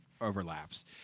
overlaps